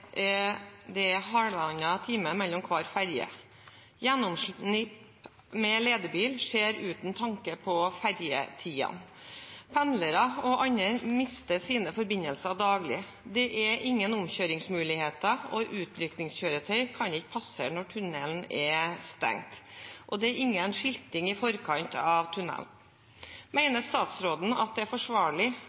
det er halvannen time mellom hver ferge. Gjennomslipp med ledebil skjer uten tanke på fergetidene på E6 eller rv. 827. Busser, vogntog, pendlere og andre mister sine forbindelser daglig. Det er ingen omkjøringsmulighet, utrykningskjøretøy kan ikke passere når tunnelen er stengt, og det er ingen skilting i forkant av tunnelen. Mener statsråden at det er forsvarlig